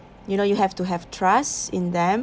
you know you have to have trust in them